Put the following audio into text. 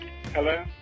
Hello